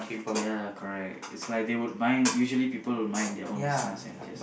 ya correct it's like they'd mind usually people will mind their own business and just